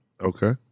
Okay